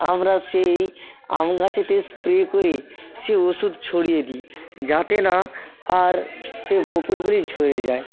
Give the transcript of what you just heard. আমরা সেই আম গাছেতে স্প্রে করে সে ওষুধ ছড়িয়ে দিই যাতে না আর সে বকুলগুলি ঝরে যায়